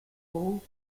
roll